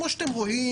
כמו שאתם רואים,